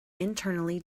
internally